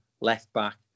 left-back